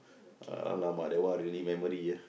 !alamak! that one really memory ah